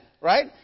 Right